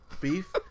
Beef